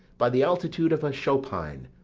by the altitude of a chopine.